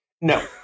No